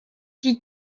die